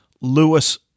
Lewis